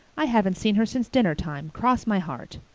i haven't seen her since dinner time, cross my heart.